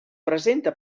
presenta